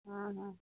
ہاں ہاں